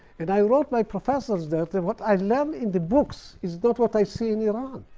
and i wrote my professors that and what i learned in the books is not what i see in iran.